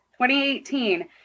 2018